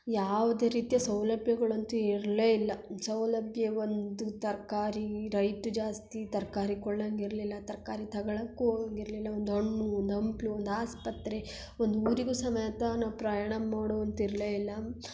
ಯಾವುದೇ ರೀತಿಯ ಸೌಲಭ್ಯಗಳಂತೂ ಇರಲೇ ಇಲ್ಲ ಸೌಲಭ್ಯ ಒಂದು ತರಕಾರಿ ರೈಟ್ ಜಾಸ್ತಿ ತರಕಾರಿ ಕೊಳ್ಳಂಗೆ ಇರಲಿಲ್ಲ ತರಕಾರಿ ತಗೊಳಕ್ಕೂ ಹೋಗಂಗಿರ್ಲಿಲ್ಲ ಒಂದು ಹಣ್ಣು ಒಂದು ಹಂಪಲು ಒಂದು ಆಸ್ಪತ್ರೆ ಒಂದು ಊರಿಗೂ ಸಮೇತ ನಾವು ಪ್ರಯಾಣ ಮಾಡೋವಂತೆ ಇರಲೇ ಇಲ್ಲ